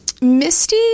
Misty